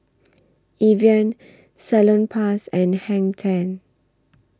Evian Salonpas and Hang ten